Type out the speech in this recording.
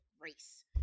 race